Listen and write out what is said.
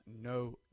no